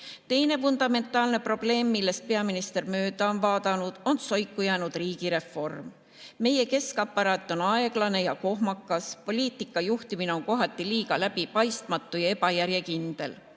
Teine fundamentaalne probleem, millest peaminister mööda on vaadanud, on soiku jäänud riigireform. Meie keskaparaat on aeglane ja kohmakas, poliitika juhtimine on kohati liiga läbipaistmatu ja ebajärjekindel,